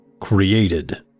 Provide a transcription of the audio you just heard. created